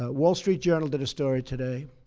ah wall street journal did a story today